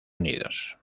unidos